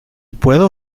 puedo